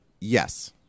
Yes